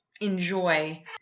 enjoy